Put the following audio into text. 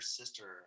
sister